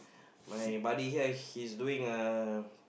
my buddy here he's doing a